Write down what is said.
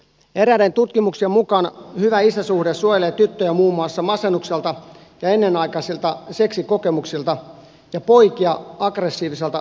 eräiden tutkimuksien mukaan hyvä isäsuhde suojelee tyttöjä muun muassa masennukselta ja ennenaikaisilta seksikokemuksilta ja poikia aggressiiviselta käyttäytymiseltä